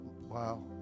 Wow